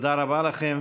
תודה רבה לכם,